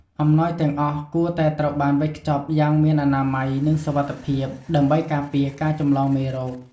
អំណោយទាំងអស់គួរតែត្រូវបានវេចខ្ចប់យ៉ាង មានអនាម័យ និងសុវត្ថិភាព ដើម្បីការពារការចម្លងមេរោគ។